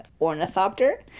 ornithopter